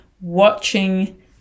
watching